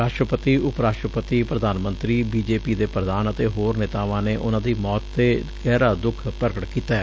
ਰਾਸ਼ਟਰਪਤੀ ਉਪ ਰਾਸ਼ਟਰਪਤੀ ਪ੍ਰਧਾਨ ਮੰਤਰੀ ਬੀ ਜੇ ਪੀ ਦੇ ਪ੍ਰਧਾਨ ਅਤੇ ਹੋਰ ਨੇਤਾਵਾਂ ਨੇ ਉਨੂਾਂ ਦੀ ਮੌਤ ਤੇ ਗਹਿਰਾ ਦੁੱਖ ਪ੍ਰਗਟ ਕੀਤੈ